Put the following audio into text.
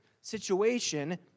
situation